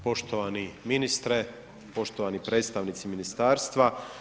Poštovani ministre, poštovani predstavnici ministarstva.